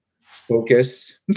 focus